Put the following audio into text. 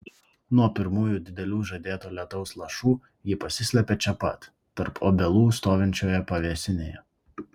nuo pirmųjų didelių žadėto lietaus lašų ji pasislepia čia pat tarp obelų stovinčioje pavėsinėje